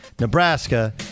Nebraska